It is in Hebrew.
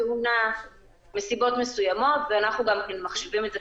תאונה או מסיבות מסוימות אנחנו מחשיבים את זה,